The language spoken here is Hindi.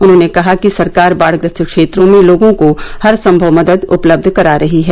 उन्होंने कहा कि सरकार बाढ़ग्रस्त क्षेत्रों में लोगों को हरसंभव मदद उपलब्ध करा रही है